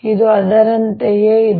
ಇದೂ ಅದರಂತೆಯೇ ಇದೆ